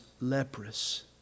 leprous